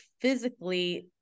physically